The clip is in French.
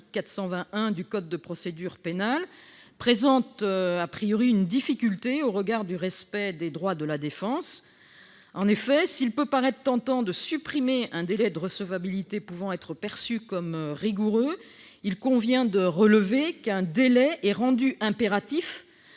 420-1 du code de procédure pénale présentent une difficulté au regard du respect des droits de la défense. En effet, s'il peut paraître tentant de supprimer un délai de recevabilité pouvant être perçu comme rigoureux, il convient de relever qu'un délai est rendu impératif